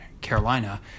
Carolina